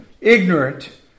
ignorant